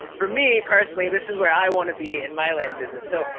for me, personally, this is where i wanna be in my land business. so,